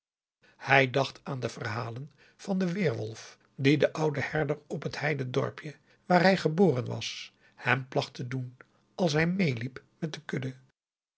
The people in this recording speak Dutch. hij dacht aan de verhalen van den weerwolf die de oude herder op het heide dorpje waar hij geboren was hem placht te doen als hij meeliep met de kudde